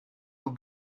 aux